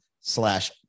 slash